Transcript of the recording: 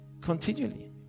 continually